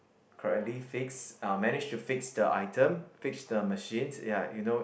correctly fix uh managed to fix the item fix the machine ya you know